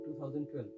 2012